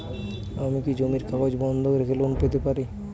আমি কি জমির কাগজ বন্ধক রেখে লোন পেতে পারি?